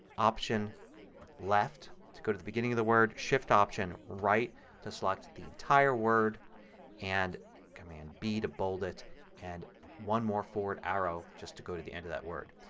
option left to go to the beginning of the word, shift option right to select the entire word and command b to bold it and one more forward arrow just to go to the end of that word.